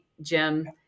Jim